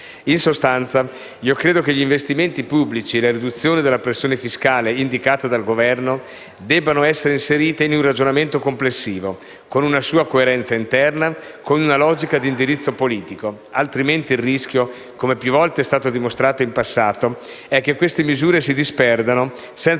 In sostanza, credo che gli investimenti pubblici e la riduzione della pressione fiscale indicata dal Governo debbano essere inseriti in un ragionamento complessivo, con una sua coerenza interna, con una logica di indirizzo politico; altrimenti il rischio, come più volte è stato dimostrato in passato, è che queste misure si disperdano senza